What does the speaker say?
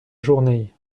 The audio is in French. journée